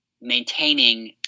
maintaining